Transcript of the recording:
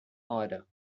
order